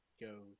go